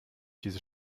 diese